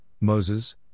Moses